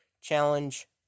challenge